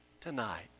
tonight